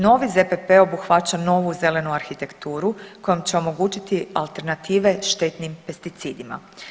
Novi ZPP obuhvaća novu zelenu arhitekturu kojom će omogućiti alternative štetnim pesticidima.